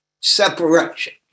separation